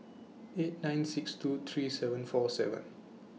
eight nine six two three seven four seven